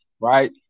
Right